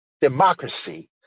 democracy